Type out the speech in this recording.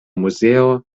muzeo